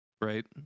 right